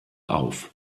auf